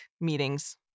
meetings